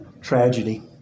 Tragedy